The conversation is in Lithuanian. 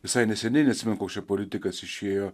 visai neseniai neatsimenu koks čia politikas išėjo